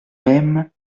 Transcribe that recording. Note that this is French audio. même